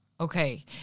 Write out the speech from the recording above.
Okay